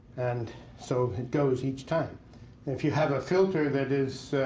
and so it goes each time. and if you have a filter that is